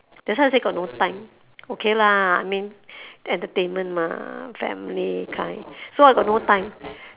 that's why I say got no time okay lah I mean entertainment mah family kind so I got no time